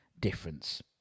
Difference